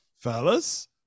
fellas